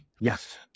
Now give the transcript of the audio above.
Yes